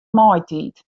maitiid